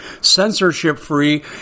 censorship-free